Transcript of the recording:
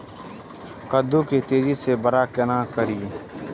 कद्दू के तेजी से बड़ा केना करिए?